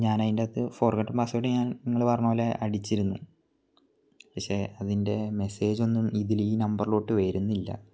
ഞാൻ അതിൻ്റകത്ത് forget password ഞാൻ നിങ്ങൾ പറഞ്ഞത് പോലെ അടിച്ചിരുന്നു പക്ഷേ അതിൻ്റെ മെസ്സേജൊന്നും ഇതിൽ ഈ നമ്പറിലോട്ട് വരുന്നില്ല